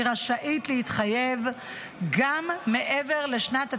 רשאית להתחייב גם מעבר לשנת התקציב,